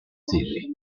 theory